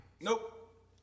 Nope